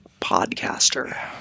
podcaster